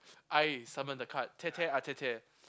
I summon the card tete-a-tete